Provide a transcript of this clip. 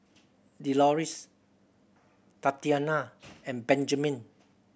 Delores Tatianna and Benjamine